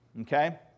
Okay